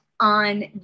on